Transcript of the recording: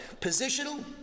positional